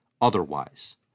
otherwise